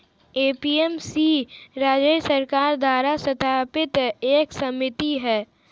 APMC राज्य सरकार द्वारा स्थापित एक समिति है